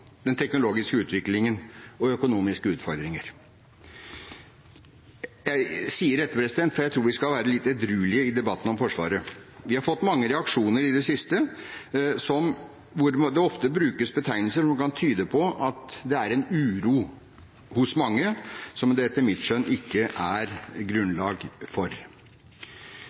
den teknologiske utviklingen og økonomiske utfordringer. Jeg sier dette fordi jeg tror vi skal være litt edruelige i debatten om Forsvaret. Vi har fått mange reaksjoner i det siste hvor det ofte brukes betegnelser som kan tyde på at det er en uro hos mange som det etter mitt skjønn ikke er grunnlag for.